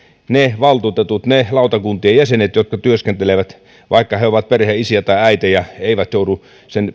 ne valtuutetut ne lautakuntien jäsenet jotka työskentelevät vaikka he ovat perheenisiä tai äitejä eivät joudu